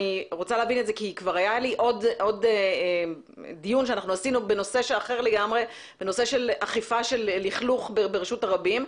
אני רוצה להבין את זה כי עשינו דיון בנושא אכיפת לכלוך ברשות הרבים.